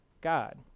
God